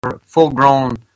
full-grown